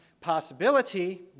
possibility